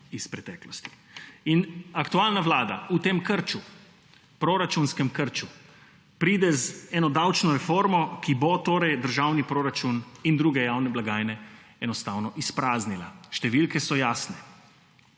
iz preteklosti. Aktualna vlada v tem krču, proračunskem krču pride z eno davčno reformo, ki bo državni proračun in druge javne blagajne enostavno izpraznila. Številke so jasne.